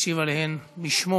ישיב עליהן בשמו